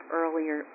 earlier